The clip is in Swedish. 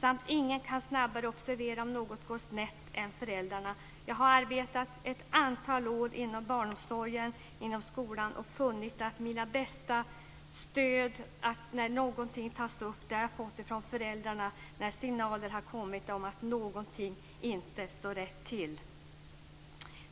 Och ingen kan snabbare än föräldrarna observera om något går snett. Jag har arbetat ett antal år inom barnomsorgen och inom skolan och funnit att det bästa stödet har jag fått från föräldrarna när någonting tas upp och när signaler har kommit om att något inte står rätt till.